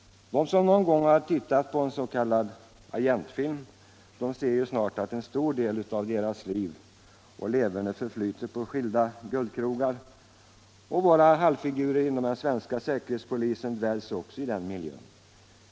De som någon gång har tittat på en s.k. agentfilm ser ju snart att en stor del av agentens liv och leverne förflyter på skilda guldkrogar, och våra halvfigurer dväljs också i den miljön.